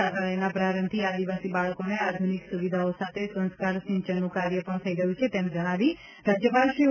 છાત્રાલયના પ્રારંભથી આદિવાસી બાળકોને આધુનિક સુવિધાઓ સાથે સંસ્કાર સિંચનનું કાર્ય પણ થઇ રહ્યું છે તેમ જજ્ઞાવી રાજ્યપાલ શ્રી ઓ